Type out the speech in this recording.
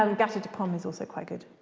um gateaux du pomme is also quite good.